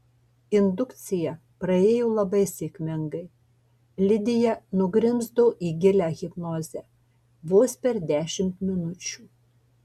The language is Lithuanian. indukcija praėjo labai sėkmingai lidija nugrimzdo į gilią hipnozę vos per dešimt minučių